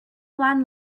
blond